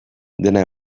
dena